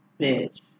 bitch